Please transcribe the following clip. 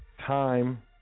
time